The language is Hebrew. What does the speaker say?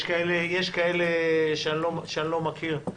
יש כאלה שאני לא מכיר.